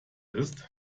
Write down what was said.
ist